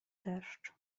deszcz